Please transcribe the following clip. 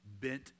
bent